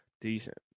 Decent